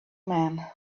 man